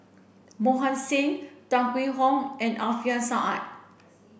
Mohan Singh Tan Hwee Hock and Alfian Sa'at